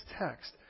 text